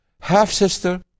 half-sister